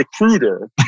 recruiter